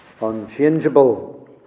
unchangeable